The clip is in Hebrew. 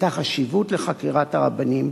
היתה חשיבות לחקירת הרבנים,